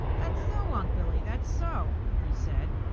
that's so, unc' billy, that's so! he said.